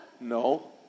No